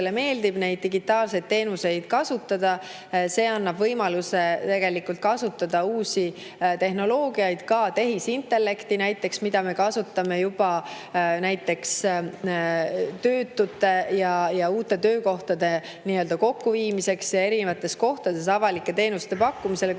meeldib digitaalseid teenuseid kasutada. See annab võimaluse kasutada uusi tehnoloogiaid, ka tehisintellekti näiteks, mida me kasutame juba näiteks töötute ja uute töökohtade nii-öelda kokkuviimiseks ja erinevates kohtades avalike teenuste pakkumiseks.